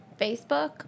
Facebook